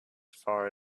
far